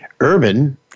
urban